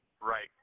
right